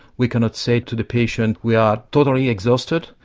we cannot say to the patient we are totally exhausted,